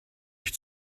ich